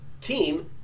team